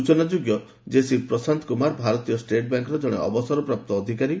ସୂଚନାଯୋଗ୍ୟ ଯେ ଶ୍ରୀ ପ୍ରଶାନ୍ତ କୁମାର ଭାରତୀୟ ଷ୍ଟେଟ୍ବ୍ୟାଙ୍କର ଜଣେ ଅବସରପ୍ରାପ୍ତ ଅଧିକାରୀ